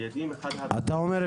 אתה אומר,